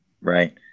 right